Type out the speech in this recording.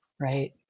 right